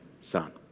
Son